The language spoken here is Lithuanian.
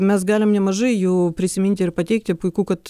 mes galim nemažai jų prisiminti ir pateikti puiku kad